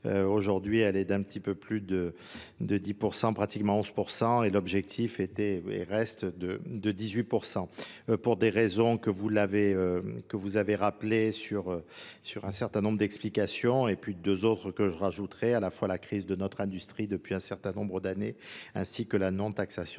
Aujourd'hui, elle est d'un petit peu plus de de 10% pratiquement 11% et l'objectif était et reste de 18% pour des raisons que vous avez rappelées sur un certain nombre d'explications et plus de deux autres que je rajouterai à la fois la crise de notre industrie depuis un certain nombre d'années ainsi que la non taxation